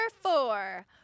four